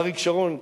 אריק שרון,